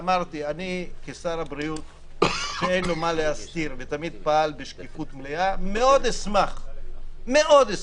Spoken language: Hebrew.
כשר בריאות שאין לו מה להסתיר ותמיד פעל בשקיפות מלאה מאוד אשמח שכל